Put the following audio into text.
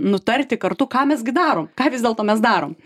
nutarti kartu ką mes gi darom ką vis dėlto mes darom